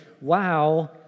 wow